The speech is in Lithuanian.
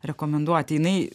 rekomenduoti jinai